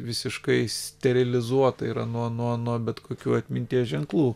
visiškai sterilizuota yra nuo nuo bet kokių atminties ženklų